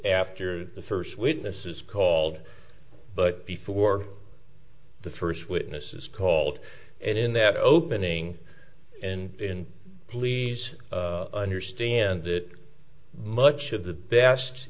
after the first witnesses called but before the first witnesses called and in that opening and in please understand that much of the best